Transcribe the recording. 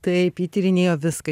taip ji tyrinėjo viską